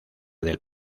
del